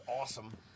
awesome